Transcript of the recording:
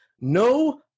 no